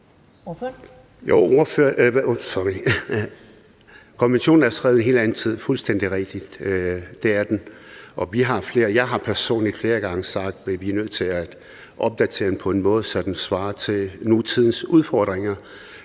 konventionen er skrevet i en helt anden tid, og jeg har personligt flere gange sagt, at vi er nødt til at opdatere den på en måde, så den svarer til nutidens udfordringer.